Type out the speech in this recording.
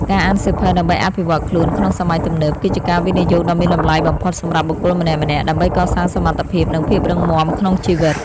ការអានសៀវភៅដើម្បីអភិវឌ្ឍខ្លួនក្នុងសម័យទំនើប គឺជាការវិនិយោគដ៏មានតម្លៃបំផុតសម្រាប់បុគ្គលម្នាក់ៗ ដើម្បីកសាងសមត្ថភាព និងភាពរឹងមាំក្នុងជីវិត។